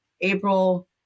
april